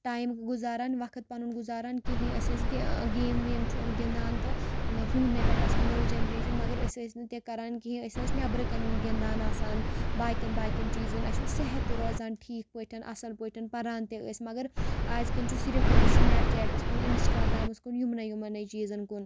time گُزاران وقت پَنُن گُزاران کِہیٖنۍ أسۍ ٲسۍ گیم ویم چھُ یِم گِنٛدان تہٕ نہ فوننٕے پٮ۪ٹھ آسان نٔو جَنریشَن مگر أسۍ ٲسۍ نہٕ تہِ کَران کِہیٖنۍ أسۍ ٲسۍ نٮ۪برٕکٮ۪ن گِنٛدان آسان باقٕیَن باقٕیَن چیٖزَن اَسہِ اوس صحت تہِ روزان ٹھیٖک پٲٹھٮ۪ن اَصٕل پٲٹھٮ۪ن پَران تہِ ٲسۍ مگر اَزکٮ۪ن چھُ صرف گوٚمُت سنیپ چیٹَس کُن اِنِسٹرٛاگرٛامَس کُن یِمںٕے یِمںٕے چیٖزَن کُن